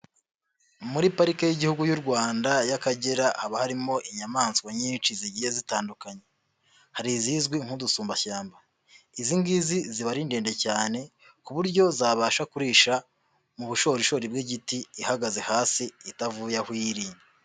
Muri parike y'Igihugu y'u Rwanda y'akagera haba harimo inyamaswa nyinshi zigiye zitandukanye hari izizwi nk'udusumbashyamba, izi ngizi ziba ari ndende cyane ku buryo zabasha kurisha mu bushorishori bw'igiti ihagaze hasi itavuye aho iri.